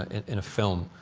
and in a film,